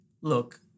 Look